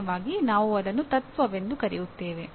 ಸಾಮಾನ್ಯವಾಗಿ ನಾವು ಅದನ್ನು ತತ್ವವೆಂದು ಕರೆಯುತ್ತೇವೆ